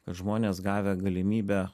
kad žmonės gavę galimybę